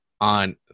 on